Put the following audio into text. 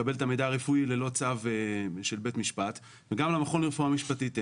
לקבל את המידע הרפואי ללא צו של בית המשפט וגם למכון לרפואה משפטית אין.